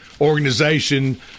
organization